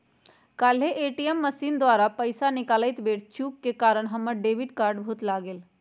काल्हे ATM machine द्वारा पइसा निकालइत बेर चूक के कारण हमर डेबिट कार्ड भुतला गेल